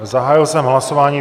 Zahájil jsem hlasování.